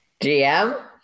GM